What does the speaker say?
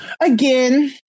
again